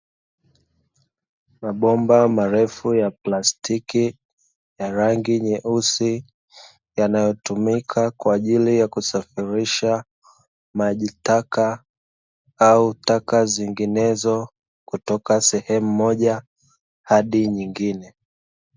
Mabomba marefu ya plastiki ya rangi nyeusi, yanayotumika kwa ajili ya kusafirisha maji taka au taka zinginezo kutoka sehemu moja hadi nyingine.